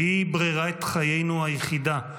שהיא ברירת חיינו היחידה,